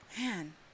man